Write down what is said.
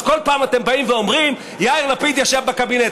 אז כל פעם אתם באים ואומרים: יאיר לפיד ישב בקבינט.